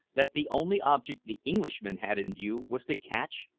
that the only object the englishmen had in view was to catch,